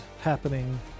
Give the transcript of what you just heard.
happening